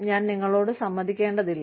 ഞാൻ നിങ്ങളോട് സമ്മതിക്കേണ്ടതില്ല